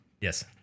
Yes